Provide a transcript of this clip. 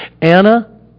Anna